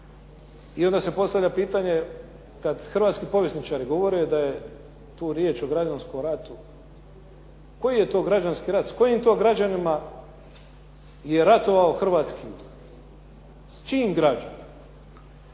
i onda se postavlja pitanje kad hrvatski povjesničari govore da je tu riječ o građanskom ratu, koji je to građanski rat, s kojim to građanima je ratovao hrvatski jug, s čijim građanima.